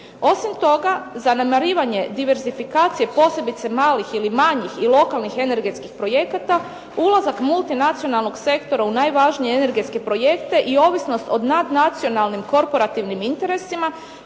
Osim toga, zanemarivanje diverzifikacije posebice malih ili manjih i lokalnih energetskih projekata, ulazak multinacionalnog sektora u najvažnije energetske projekte i ovisnost o nadnacionalnim korporativnim interesima,